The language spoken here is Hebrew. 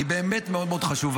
היא באמת מאוד מאוד חשובה.